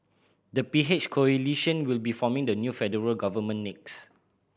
the P H coalition will be forming the new federal government next